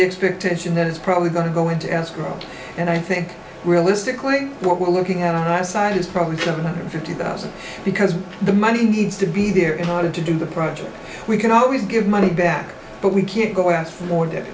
the expectation that it's probably going to going to ask and i think realistically what we're looking at on our side is probably seven hundred fifty thousand because the money needs to be there in order to do the project we can always give money back but we can't go out for more de